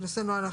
(טז) (נוהל,